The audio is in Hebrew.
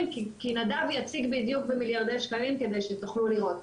כי נדב יציג בדיוק במיליארדי שקלים כדי שתוכלו לראות.